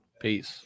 Peace